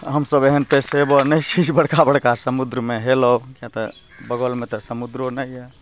हमसब एहन पेशेबर नहि छी जे बड़का बड़का समुद्रमे हेलब किआ तऽ बगलमे तऽ समुद्रो नहि यऽ